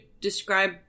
describe